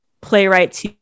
playwrights